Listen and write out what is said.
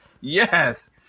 yes